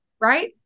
Right